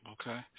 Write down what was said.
Okay